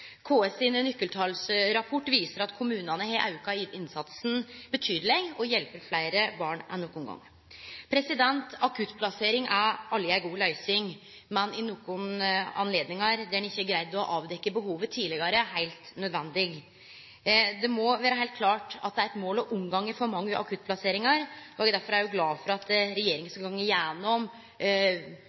sin nøkkeltalsrapport viser at kommunane har auka innsatsen betydeleg og hjelper fleire barn enn nokon gong. Akuttplassering er aldri ei god løysing, men heilt nødvendig i nokre høve der ein ikkje har greidd å avdekkje behovet tidlegare. Det må heilt klart vere eit mål å unngå for mange akuttplasseringar, og eg er derfor glad for at regjeringa